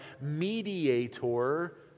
mediator